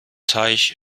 teich